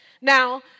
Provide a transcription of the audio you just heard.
Now